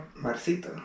marcito